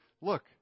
Look